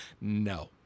no